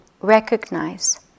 recognize